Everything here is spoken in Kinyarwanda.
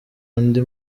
andi